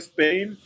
Spain